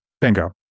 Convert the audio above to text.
Bingo